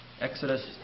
Exodus